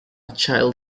child